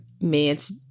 man's